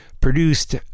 produced